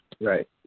Right